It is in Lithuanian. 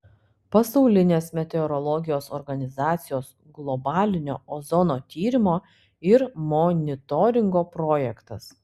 pasaulinės meteorologijos organizacijos globalinio ozono tyrimo ir monitoringo projektas